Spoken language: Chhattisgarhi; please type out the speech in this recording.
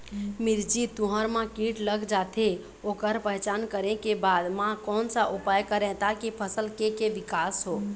मिर्ची, तुंहर मा कीट लग जाथे ओकर पहचान करें के बाद मा कोन सा उपाय करें ताकि फसल के के विकास हो?